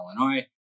Illinois